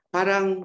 Parang